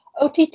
OTT